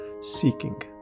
seeking